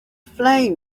flame